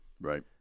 right